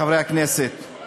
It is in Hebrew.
חבר הכנסת אוסאמה